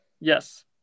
Yes